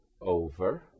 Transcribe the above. over